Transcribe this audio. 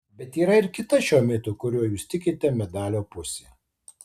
bet yra ir kita šio mito kuriuo jūs tikite medalio pusė